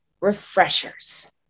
refreshers